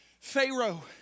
Pharaoh